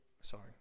Sorry